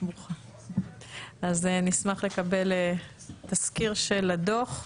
אז נשמח לקבל סקירה של הדו"ח.